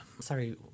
Sorry